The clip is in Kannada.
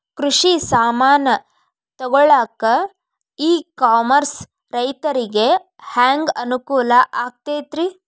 ಕೃಷಿ ಸಾಮಾನ್ ತಗೊಳಕ್ಕ ಇ ಕಾಮರ್ಸ್ ರೈತರಿಗೆ ಹ್ಯಾಂಗ್ ಅನುಕೂಲ ಆಕ್ಕೈತ್ರಿ?